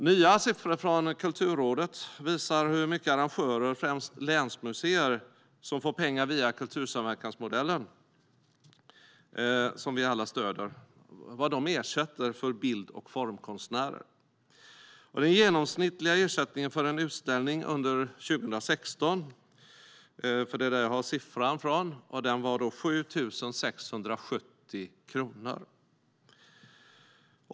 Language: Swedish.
Nya siffror från Kulturrådet visar hur mycket arrangörer, främst länsmuseer, som får pengar via kultursamverkansmodellen, vilken vi alla stöder, ersätter bild och formkonstnärer med. Den genomsnittliga ersättningen för en utställning under 2016, det år jag har siffran från, var 7 670 kronor.